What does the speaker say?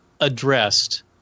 addressed